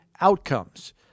outcomes